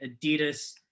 adidas